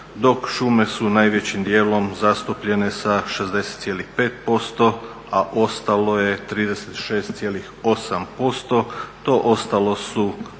dok šume su najvećim dijelom zastupljene sa 60,5%, a ostalo je 36,8%. To ostalo su